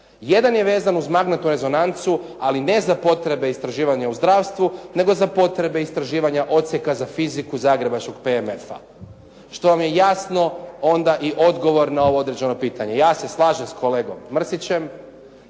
Jedan je vezan uz magnetsku rezonancu, ali ne za potrebe istraživanja u zdravstvu, nego za potrebe istraživanja odsjeka za fiziku zagrebačkog PMF-a. Što vam je jasno onda i odgovor na ovo određeno pitanje. Ja se slažem s kolegom Mrsićem,